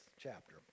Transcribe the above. chapter